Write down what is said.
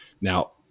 Now